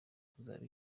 kuzaba